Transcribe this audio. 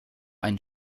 ein